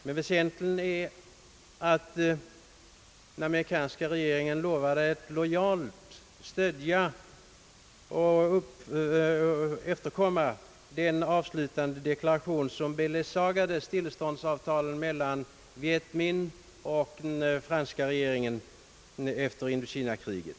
Det väsentliga är att den amerikanska regeringen lovade att lojalt stödja och efterkomma den avslutande deklaration som =: beledsagade = stilleståndsavtalet mellan Vietminh och den franska regeringen efter kriget i Indokina.